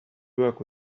work